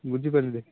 ବୁଝିପାରିଲେ